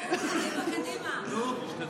נו, קדימה, קדימה.